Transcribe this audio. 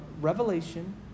revelation